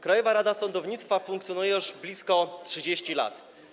Krajowa Rada Sądownictwa funkcjonuje już blisko 30 lat.